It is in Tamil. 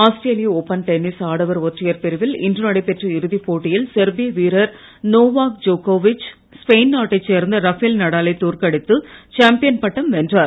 ஆஸ்திரேலிய ஒப்பன் டென்னிஸ் ஆடவர் ஒற்றையர் பிரிவில் இன்று நடைபெற்ற இறுதிப் போட்டியில் செர்பிய வீரர் நோவாக் ஜோக்கோவிச் ஸ்பெய்ன் நாட்டைச் சேர்ந்த ரஃபேல் நடா லைத தோற்கடித்து சாம்பியன் பட்டம் வென்றார்